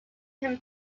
him